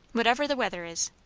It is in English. whatever the weather is.